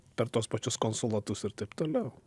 per tuos pačius konsulatus ir taip toliau